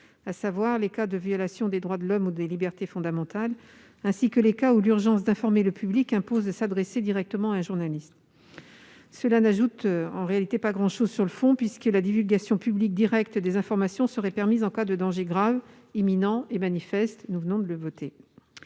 « dans les cas de violations des droits de l'homme ou des libertés fondamentales, ainsi que dans les cas où l'urgence d'informer le public impose de s'adresser directement à un journaliste ». Cela n'ajoute en réalité pas grand-chose sur le fond, puisque la divulgation publique directe des informations serait permise en cas de danger grave, imminent et manifeste- nous venons d'en voter